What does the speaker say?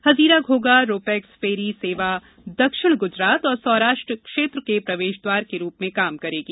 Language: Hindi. Hazira Ghogha ro pax ferry सेवा दक्षिण ग्जरात और सौराष्ट्र क्षेत्र के प्रवेश द्वार के रूप में काम करेगी